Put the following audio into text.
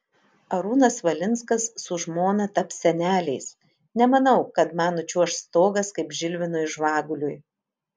arūnas valinskas su žmona taps seneliais nemanau kad man nučiuoš stogas kaip žilvinui žvaguliui